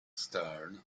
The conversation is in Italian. stern